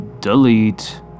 Delete